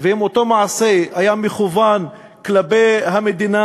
ואם אותו מעשה היה מכוון כלפי המדינה,